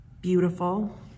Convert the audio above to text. beautiful